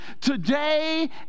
today